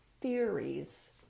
theories